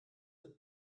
wird